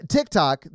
TikTok